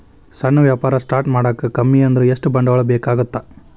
ಸಣ್ಣ ವ್ಯಾಪಾರ ಸ್ಟಾರ್ಟ್ ಮಾಡಾಕ ಕಮ್ಮಿ ಅಂದ್ರು ಎಷ್ಟ ಬಂಡವಾಳ ಬೇಕಾಗತ್ತಾ